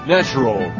Natural